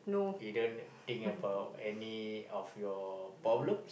you don't think about any of your problems